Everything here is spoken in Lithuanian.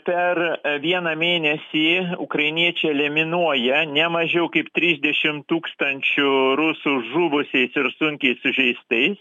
per vieną mėnesį ukrainiečiai eliminuoja ne mažiau kaip trisdešim tūkstančių rusų žuvusiais ir sunkiai sužeistais